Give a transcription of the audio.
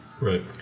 Right